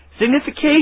Signification